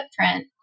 footprint